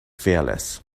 fearless